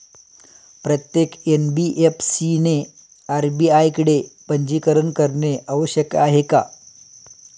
प्रत्येक एन.बी.एफ.सी ने आर.बी.आय कडे पंजीकरण करणे आवश्यक आहे का?